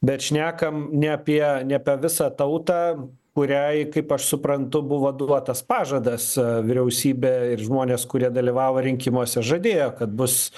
bet šnekam ne apie ne apie visą tautą kuriai kaip aš suprantu buvo duotas pažadas vyriausybė ir žmonės kurie dalyvavo rinkimuose žadėjo kad bus